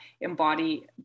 embody